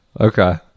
Okay